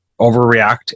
overreact